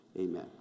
amen